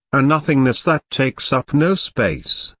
a nothingness that takes up no space,